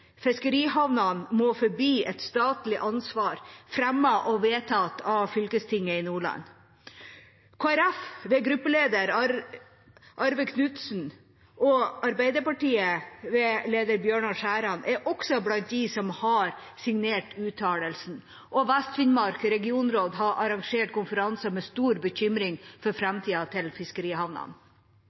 Fiskerihavnene må forbli et statlig ansvar – fremmet og vedtatt av fylkestinget i Nordland. Kristelig Folkeparti, ved gruppeleder Arve Knutsen, og Arbeiderpartiet, ved leder Bjørnar Skjæran, er også blant dem som har signert uttalelsene. Vest-Finnmark Regionråd har arrangert konferanser med stor bekymring for framtida til fiskerihavnene.